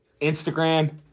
Instagram